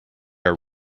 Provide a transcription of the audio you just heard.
are